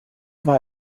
war